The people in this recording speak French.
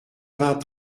vingt